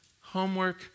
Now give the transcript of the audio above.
Homework